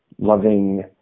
loving